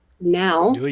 now